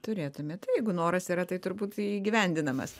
turėtumėt jeigu noras yra tai turbūt įgyvendinamas